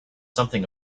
something